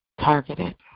targeted